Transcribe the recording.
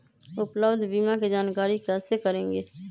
उपलब्ध बीमा के जानकारी कैसे करेगे?